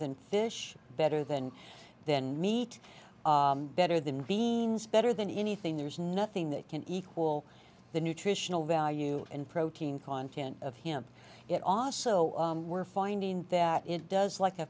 than fish better than then meat better than beans better than anything there's nothing that can equal the nutritional value and protein content of him it off so we're finding that it does like a